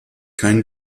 kein